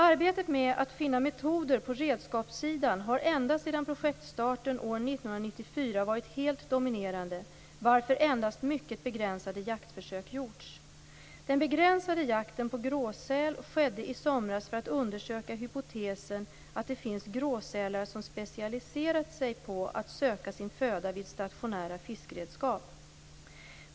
Arbetet med att finna metoder på redskapssidan har ända sedan projektstarten år 1994 varit helt dominerande varför endast mycket begränsade jaktförsök gjorts. Den begränsade jakten på gråsäl skedde i somras för att undersöka hypotesen att det finns gråsälar som specialiserat sig på att söka sin föda vid stationära fiskeredskap.